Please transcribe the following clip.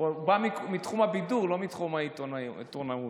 בא מתחום הבידור, לא מתחום העיתונאות.